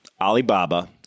Alibaba